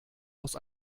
aus